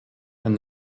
and